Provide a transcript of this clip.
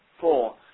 Four